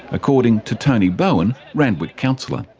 according to tony bowen, randwick councillor.